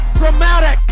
dramatic